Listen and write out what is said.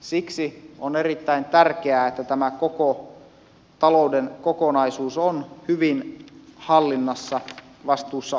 siksi on erittäin tärkeää että tämä koko talouden kokonaisuus on hyvin hallinnassa vastuussa olevilla päättäjillä